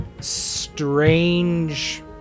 strange